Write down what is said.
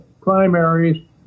primaries